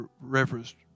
referenced